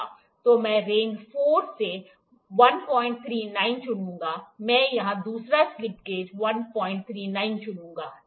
तो मैं रेंज ४ से १३९ चुनूंगा मैं यह दूसरा स्लिप गेज १३९ चुनूंगा ठीक है